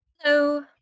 Hello